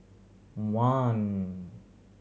one